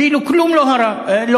כאילו כלום לא קרה?